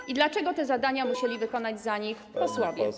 I dlaczego te zadania musieli wykonać za nich posłowie?